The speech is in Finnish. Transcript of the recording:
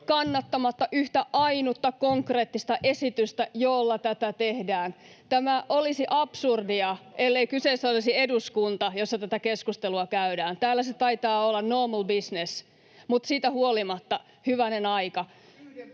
kannattamatta yhtä ainutta konkreettista esitystä, jolla tätä tehdään. Tämä olisi absurdia, ellei kyseessä olisi eduskunta, jossa tätä keskustelua käydään. Täällä se taitaa olla normal business. Mutta siitä huolimatta: hyvänen aika!